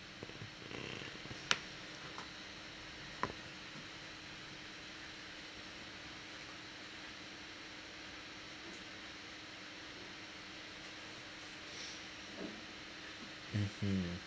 mm mmhmm